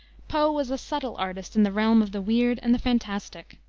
poe was a subtle artist in the realm of the weird and the fantastic.